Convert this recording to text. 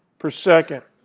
per second